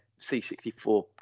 c64